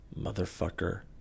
motherfucker